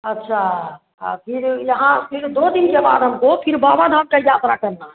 अच्छा और फिर यहाँ फिर दो दिन के बाद हमको फिर बाबा धाम का यात्रा करना है